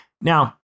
Now